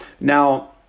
Now